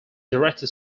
directed